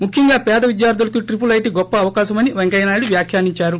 ముఖ్యం గా పేద విద్యార్థులకి ట్రిపుల్ ఐ టీ గొప్ప అవకాశమని పెంకయ్య నాయుడు వ్యాఖ్యానించారు